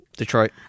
Detroit